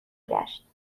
گشت